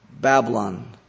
Babylon